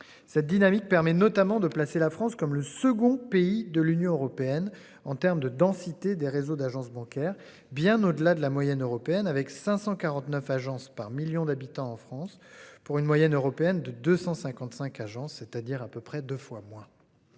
cette dynamique permet notamment de placer la France comme le second pays de l'Union européenne en terme de densité des réseaux d'agences bancaires bien au-delà de la moyenne européenne, avec 549, agence par million d'habitants en France pour une moyenne européenne de 255 agents, c'est-à-dire à peu près 2 fois moins.